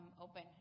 open